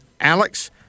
Alex